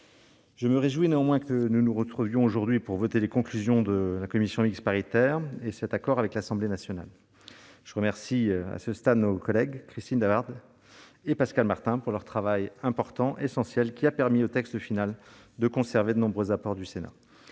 Je me réjouis néanmoins que nous nous retrouvions aujourd'hui pour voter les conclusions de la commission mixte paritaire et cet accord avec l'Assemblée nationale. Je remercie à ce titre nos collègues Christine Lavarde et Pascal Martin de leur travail important et essentiel, qui a permis au texte final de conserver de nombreux apports du Sénat.